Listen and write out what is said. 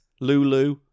Lulu